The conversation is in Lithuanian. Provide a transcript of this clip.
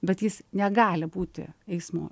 bet jis negali būti eismo